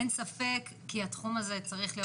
אין ספק כי התחום הזה צריך להיות